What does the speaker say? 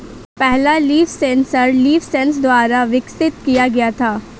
पहला leaf sensor LeafSense द्वारा विकसित किया गया था